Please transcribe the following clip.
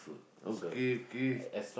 okay okay